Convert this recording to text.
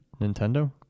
Nintendo